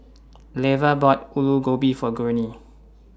Leva bought Aloo Gobi For Gurney